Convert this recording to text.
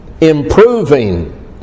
improving